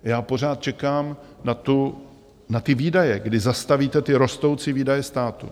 Já pořád čekám na ty výdaje, kdy zastavíte ty rostoucí výdaje státu.